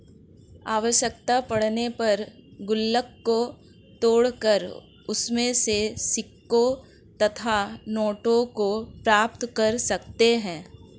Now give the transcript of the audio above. आवश्यकता पड़ने पर गुल्लक को तोड़कर उसमें से सिक्कों तथा नोटों को प्राप्त कर सकते हैं